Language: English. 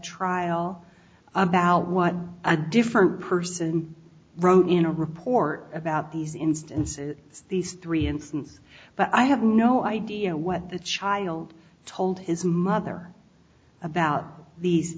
trial about what a different person wrote in a report about these instances these three incidents but i have no idea what the child told his mother about these